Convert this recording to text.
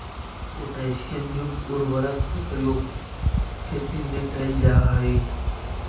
potassium युक्त उर्वरक के प्रयोग खेती में कैल जा हइ